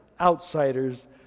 outsiders